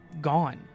gone